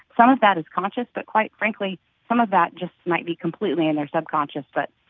some of that is conscious, but quite frankly some of that just might be completely in their subconscious, but,